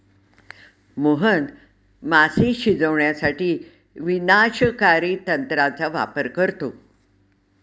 मोहन मासे शिजवण्यासाठी विनाशकारी तंत्राचा वापर करतो